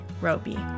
Roby